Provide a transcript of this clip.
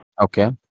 Okay